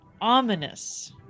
ominous